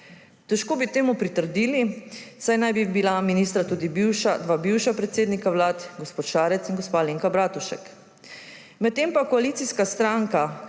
Težko bi temu pritrdili, saj naj bi bila ministra tudi dva bivša predsednika Vlad, gospod Šarec in gospa Alenka Bratušek. Medtem pa koalicijska stranka,